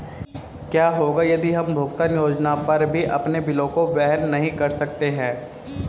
क्या होगा यदि हम भुगतान योजना पर भी अपने बिलों को वहन नहीं कर सकते हैं?